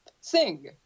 sing